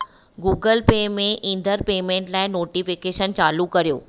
Google Pay में ईंदड़ payment लाइ नोटिफिकेशन चालू कर्यो